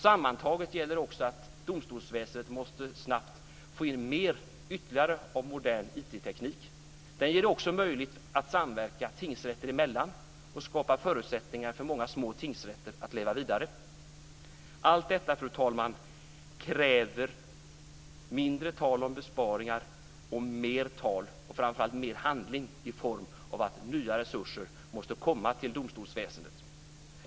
Sammantaget gäller också att domstolsväsendet snabbt måste få in ytterligare modern IT-teknik. Det gör det också möjligt att samverka tingsrätter emellan och skapa förutsättningar för många små tingsrätter att leva vidare. Allt detta, fru talman, kräver mindre tal om besparingar och mer tal om och framför allt handling i form av att nya resurser måste komma till domstolsväsendet.